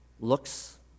Looks